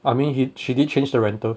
I mean he she did change the rental